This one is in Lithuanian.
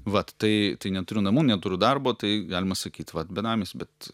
vat tai tai neturiu namų neturiu darbo tai galima sakyt va benamis bet